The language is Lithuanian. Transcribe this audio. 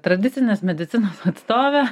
tradicinės medicinos atstovė